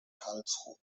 karlsruhe